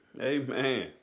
Amen